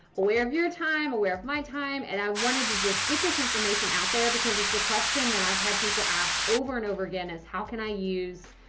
aware of your time, aware of my time, and i wanted to just get this information out there because it's a question that i've had people ask over and over again is. how can i use,